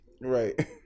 Right